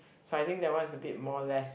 so I think that one is a bit more less